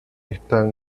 está